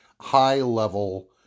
high-level